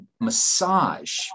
massage